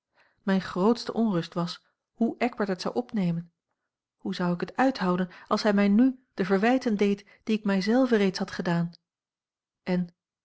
mijne grootste onrust was hoe eckbert het zou opnemen hoe zou ik het uithouden als hij mij n de verwijten deed die ik mij zelve reeds had gedaan en